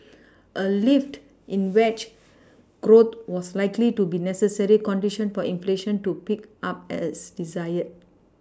a lift in wage growth was likely to be necessary condition for inflation to pick up as desired